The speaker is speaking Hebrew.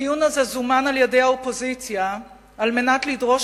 הדיון הזה זומן על-ידי האופוזיציה על מנת לדרוש